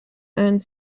earned